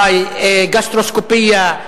MRI, גסטרוסקופיה,